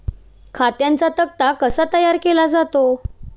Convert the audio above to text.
खात्यांचा तक्ता कसा तयार केला जातो?